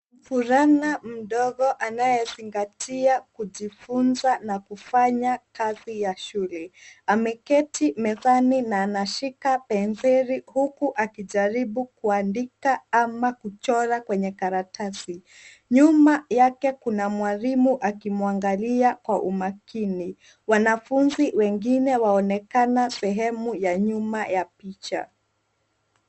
Mvulana mdogo anayezingatia kujifunza na kufanya kazi ya shule. Ameketi mezani na anashika penseli huku akijaribu kuandika ama kuchora kwenye karatasi. Nyuma yake kuna mwalimu akimwangalia kwa umakini. Wanafunzi wengine waonekana sehemu ya nyuma ya picha.